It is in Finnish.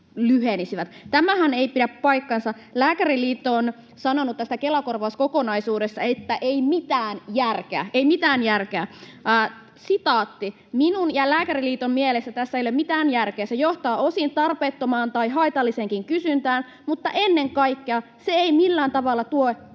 Tämähän ei pidä paikkansa. Lääkäriliitto on sanonut tästä Kela-korvauskokonaisuudesta, että ei mitään järkeä. Ei mitään järkeä. ”Minun ja Lääkäriliiton mielestä tässä ei ole mitään järkeä. Se johtaa osin tarpeettomaan tai haitalliseenkin kysyntään, mutta ennen kaikkea se ei millään tavalla tue